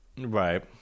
Right